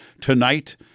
Tonight